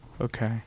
Okay